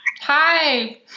Hi